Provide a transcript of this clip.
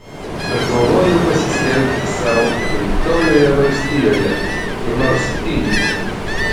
aš galvojau pasiskelbti savo gimtojoje valstijoje kur nors fynikse